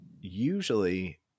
Usually